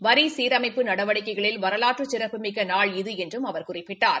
வரி சீரமைப்பு நடவடிக்கைகளில் வரலாற்று சிறப்புமிக்க நாள் இது என்றும் அவர் குறிப்பிட்டார்